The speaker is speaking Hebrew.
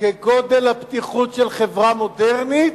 כגודל הפתיחות של חברה מודרנית,